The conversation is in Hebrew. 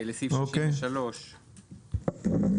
לסעיף 63. תודה.